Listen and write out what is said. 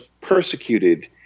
persecuted